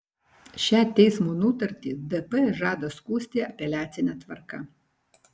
šią teismo nutartį dp žada skųsti apeliacine tvarka